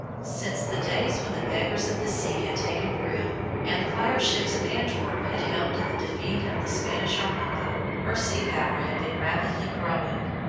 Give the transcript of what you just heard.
since the days when the beggars of the sea had taken brille, and the fireships of antwerp had helped in the defeat of the spanish armada, her sea-power had been rapidly growing.